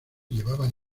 llevaba